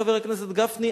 חבר הכנסת גפני,